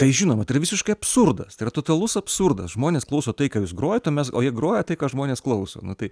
tai žinoma tai yra visiškai absurdas tai yra totalus absurdas žmonės klauso tai ką jūs grojat o mes o jie groja tai ką žmonės klauso nu tai